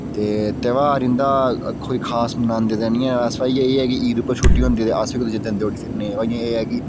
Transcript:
ते तयौहार इंदा कोई खास बनांदे ते निं हैन बस इयै ईद उप्पर छुट्टी होंदी तै अस बी कुतै जंदे उठी फिरने वा इ'यां एह् ऐ कि